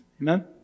Amen